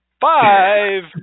Five